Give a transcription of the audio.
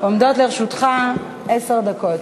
עומדות לרשותך עשר דקות.